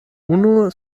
unu